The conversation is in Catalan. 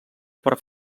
per